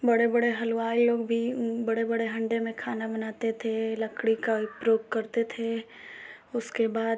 बड़े बड़े हलवाई लोग भी बड़े बड़े हण्डे में खाना बनाते थे लकड़ी का ही प्रयोग करते थे उसके बाद